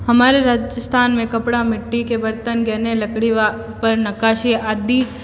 हमारे राजस्थान में कपड़ा मिट्टी के बर्तन गहने लकड़ी वा पर नक्काशी आदि